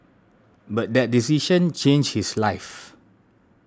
but that decision changed his life